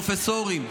פרופסורים,